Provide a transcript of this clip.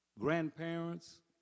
grandparents